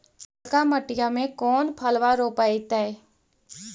ललका मटीया मे कोन फलबा रोपयतय?